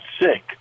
sick